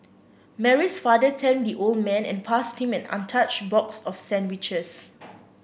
Mary's father thanked the old man and passed him an untouched box of sandwiches